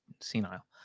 senile